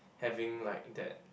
having like that